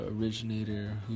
originator